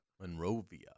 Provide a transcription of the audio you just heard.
Monrovia